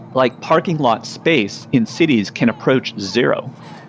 like parking lot space in cities can approach zero.